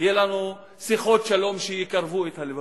יהיו לנו שיחות שלום שיקרבו את הלבבות.